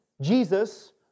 Jesus